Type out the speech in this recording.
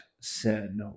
sin